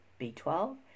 B12